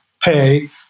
pay